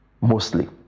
mostly